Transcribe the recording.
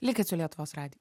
likit su lietuvos radi